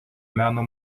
meno